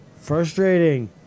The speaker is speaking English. Frustrating